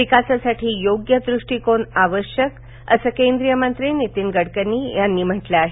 विकासासाठी योग्य दृष्टीकोन आवश्यक असं केंद्रीय मंत्री नितीन गडकरी यांनी म्हंटल आहे